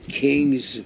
kings